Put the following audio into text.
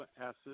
acid